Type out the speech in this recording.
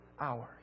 hours